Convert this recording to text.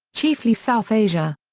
chiefly south asia.